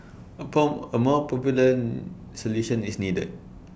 A born A more permanent solution is needed